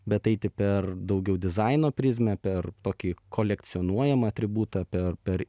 bet eiti per daugiau dizaino prizmę per tokį kolekcionuojamą atributą per per